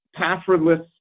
passwordless